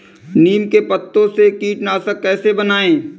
नीम के पत्तों से कीटनाशक कैसे बनाएँ?